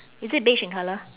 is it beige in colour